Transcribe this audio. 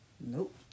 Nope